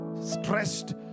stressed